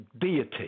deity